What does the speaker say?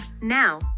Now